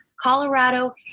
Colorado